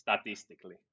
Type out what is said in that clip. statistically